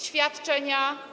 Świadczenia.